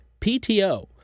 PTO